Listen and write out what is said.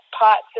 parts